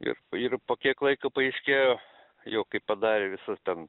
ir ir po kiek laiko paaiškėjo jau kai padarė visus ten